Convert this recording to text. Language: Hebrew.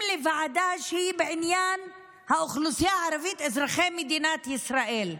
לוועדה שהיא בעניין האוכלוסייה הערבית אזרחי מדינת ישראל?